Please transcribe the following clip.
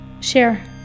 share